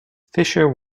fisher